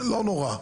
לא נורא.